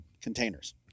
containers